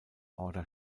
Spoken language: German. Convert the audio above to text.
order